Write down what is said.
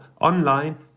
online